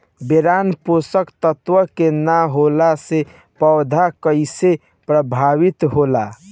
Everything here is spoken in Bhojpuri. बोरान पोषक तत्व के न होला से पौधा कईसे प्रभावित होला?